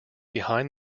behind